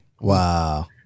Wow